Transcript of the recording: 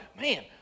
man